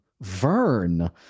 Vern